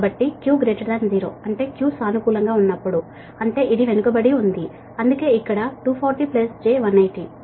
కాబట్టి Q 0 అంటే Q సానుకూలంగా ఉన్నప్పుడు అంటే ఇది వెనుకబడి ఉంది అందుకే ఇక్కడ 240 j 180